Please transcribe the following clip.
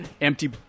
empty